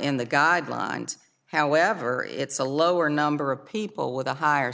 in the guidelines however it's a lower number of people with a higher